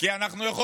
כי אנחנו יכולים,